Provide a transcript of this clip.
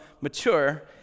mature